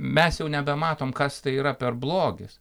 mes jau nebematom kas tai yra per blogis